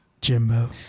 Jimbo